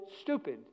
stupid